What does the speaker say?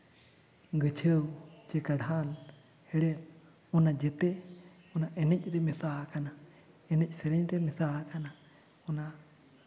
ᱜᱩᱪᱷᱟᱹᱣ ᱥᱮ ᱠᱟᱸᱰᱷᱟᱱ ᱦᱮᱲᱦᱮᱫ ᱚᱱᱟ ᱡᱚᱛᱚ ᱚᱱᱟ ᱮᱱᱮᱡ ᱨᱮ ᱢᱮᱥᱟ ᱟᱠᱟᱱᱟ ᱮᱱᱮᱡ ᱥᱮᱨᱮᱧ ᱨᱮ ᱢᱮᱥᱟ ᱟᱠᱟᱱᱟ ᱚᱱᱟ